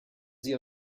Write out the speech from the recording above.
sie